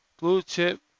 blue-chip